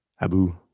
Abu